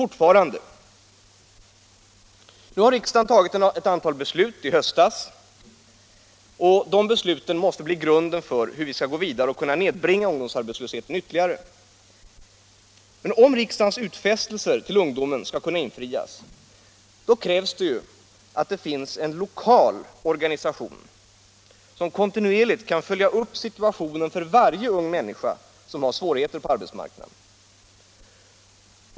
Riksdagen har i höstas fattat ett antal beslut som måste bli en grund att bygga vidare på för att ytterligare nedbringa ungdomsarbetslösheten. Men för att riksdagens utfästelser till ungdomen skall kunna infrias krävs att det finns en lokal organisation, som kontinuerligt kan följa situationen för varje ung människa med svårigheter på arbetsmarknaden.